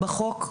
לפי החוק,